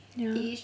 ya